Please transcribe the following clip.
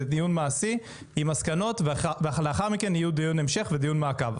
זה דיון מעשי עם מסקנות ולאחר מכן יהיה דיון המשך ודיון מעקב,